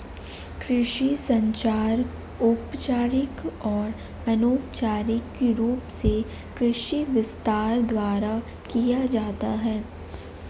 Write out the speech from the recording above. कृषि संचार औपचारिक और अनौपचारिक रूप से कृषि विस्तार द्वारा किया जाता है